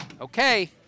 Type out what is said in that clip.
Okay